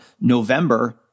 November